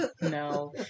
no